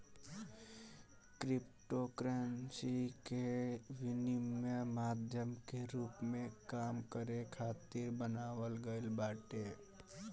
cryptocurrency के विनिमय माध्यम के रूप में काम करे खातिर बनावल गईल बाटे